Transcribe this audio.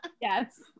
Yes